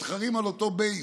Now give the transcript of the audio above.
מתחרים על אותו בייס.